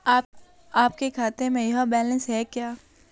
आपके खाते में यह बैलेंस है क्या?